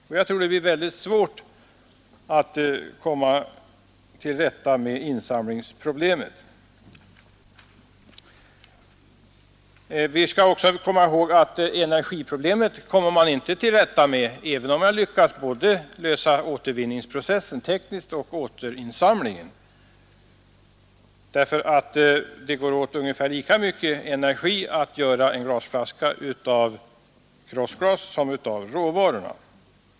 Jag tror att det blir väldigt svårt att komma till rätta med insamlingsproblemet därvidlag. Vi skall också komma ihåg att energiproblemet kommer man inte till rätta med, även om man lyckas lösa både frågan om återvinningspro cessen tekniskt och återinsamlingen. Det går nämligen åt lika mycket energi att göra en glasflaska av krossglas som av råvarorna.